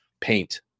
paint